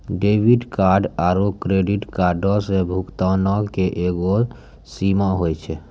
debit card आरू credit कार्डो से भुगतानो के एगो सीमा होय छै